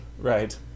Right